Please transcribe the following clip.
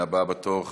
הבאה בתור,